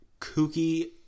kooky